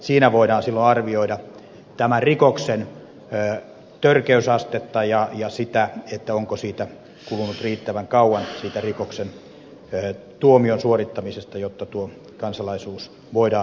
siinä voidaan silloin arvioida rikoksen törkeysastetta ja sitä onko kulunut riittävän kauan rikoksen tuomion suorittamisesta jotta tuo kansalaisuus voidaan myöntää